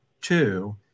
two